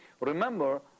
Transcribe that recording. Remember